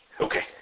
Okay